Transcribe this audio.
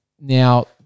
now